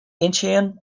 incheon